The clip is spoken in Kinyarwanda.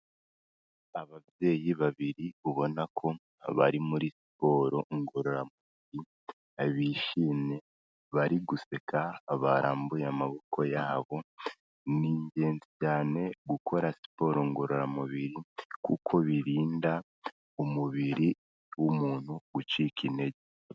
Ababyeyi babiri ubona ko bari muri siporo ngororamubiri bishimye bari guseka bararambuye amaboko yabo, ni ingenzi cyane gukora siporo ngororamubiri kuko birinda umubiri w'umuntu gucika intege.